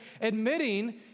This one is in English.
admitting